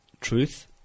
truth